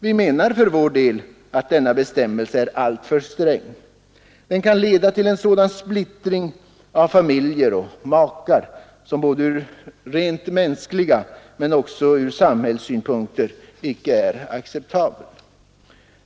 Vi menar för vår del att denna bestämmelse är alltför sträng. Den kan leda till en splittring av familjer och makar som från såväl mänskliga synpunkter som samhällssynpunkter icke är acceptabel.